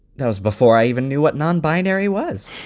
that was before i even knew what non binary was.